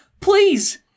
Please